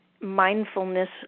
mindfulness